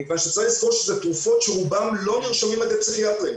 מכיוון שצריך לזכור שאלה תרופות שברובן לא נרשמות על ידי פסיכיאטרים.